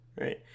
right